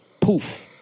Poof